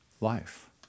life